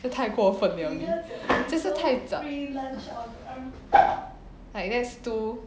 这太过分了这是太早 like that's too